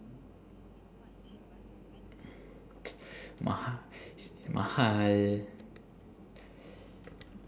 maha~ mahal